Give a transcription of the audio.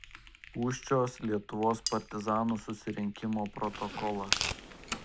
pūščios lietuvos partizanų susirinkimo protokolas